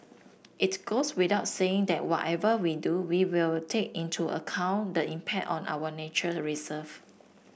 it's goes without saying that whatever we do we will take into account the impact on our nature reserve